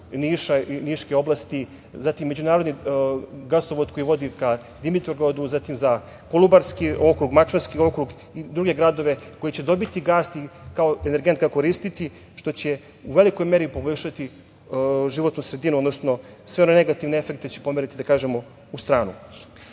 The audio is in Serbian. Niša, niške oblasti, zatim međunarodni gasovod koji vodi ka Dimitrovgradu, zatim za Kolubarski okrug, Mačvanski okrug i druge gradove koji će dobiti gas, kao energent ga koristiti, što će u velikoj meri poboljšati životnu sredinu, odnosno sve one negativne efekte će pomeriti u stranu. Ono